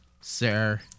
sir